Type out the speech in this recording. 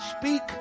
speak